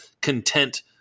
content